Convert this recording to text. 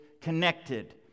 connected